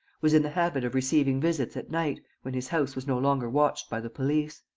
was in the habit of receiving visits at night, when his house was no longer watched by the police.